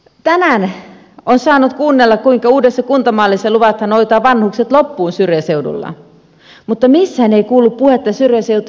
tänään on saanut kuunnella kuinka uudessa kuntamallissa luvataan hoitaa vanhukset loppuun syrjäseudulla mutta missään ei kuulu puhetta syrjäseutujen tulevaisuudesta